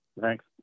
Thanks